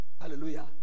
Hallelujah